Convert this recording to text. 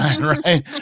right